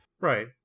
Right